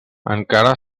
encara